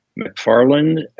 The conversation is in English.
McFarland